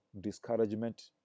discouragement